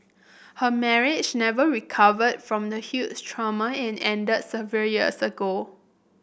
her marriage never recovered from the huge trauma and ended several years ago